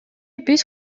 биз